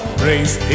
praise